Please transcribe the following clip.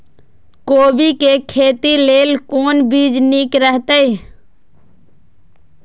कोबी के खेती लेल कोन बीज निक रहैत?